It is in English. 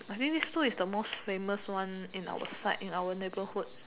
I mean this two is the most famous one in our side in our neighborhood